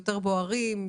יותר בוערים,